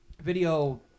video